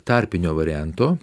tarpinio varianto